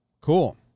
Cool